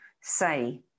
say